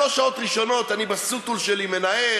שלוש שעות ראשונות אני בסוטול שלי מנהל,